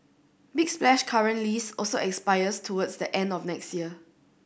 big Splash's current lease also expires towards the end of next year